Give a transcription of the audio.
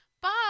Bye